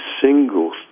single